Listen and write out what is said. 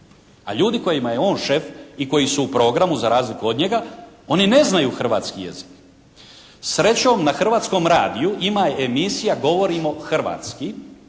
a ljudi kojima je on šef i koji su u programu za razliku od njega oni ne znaju hrvatski jezik. Srećom na Hrvatskom radiju ima emisija "Govorimo hrvatski".